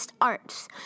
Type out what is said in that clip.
Arts